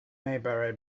maybury